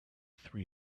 three